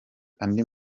andi